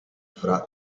fra